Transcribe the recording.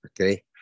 Okay